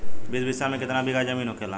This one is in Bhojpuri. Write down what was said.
बीस बिस्सा में कितना बिघा जमीन होखेला?